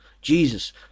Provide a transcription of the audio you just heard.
Jesus